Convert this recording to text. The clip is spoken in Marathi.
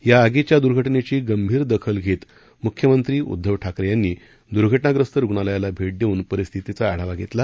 या आगीच्या दुर्घटनेची गंभीर दखल घेत मुख्यमंत्री उद्धव ठाकरे यांनी दुर्घटनाग्रस्त रुग्णालयाला भेट देऊन परिस्थितीचा आढावा घेतला